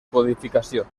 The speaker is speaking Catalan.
codificació